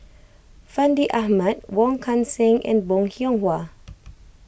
Fandi Ahmad Wong Kan Seng and Bong Hiong Hwa